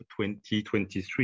2023